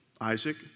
Isaac